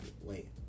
Wait